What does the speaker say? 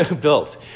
built